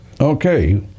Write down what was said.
Okay